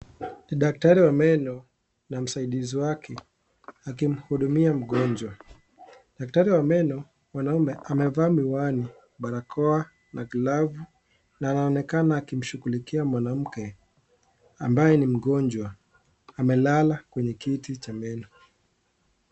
Ni daktari wa meno na msaidizi wake akimhudumia mgonjwa, daktari wa meno mwanaume amevaa miwani, barakoa na glavu anaonekana akimshugulikia mwanamke ambaye ni mgonjwa amelala kwenye kiti cha meno.